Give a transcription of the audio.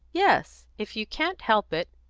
yes. if you can't help it,